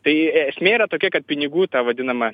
tai esmė yra tokia kad pinigų ta vadinama